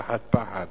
תחת פחד